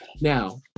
Now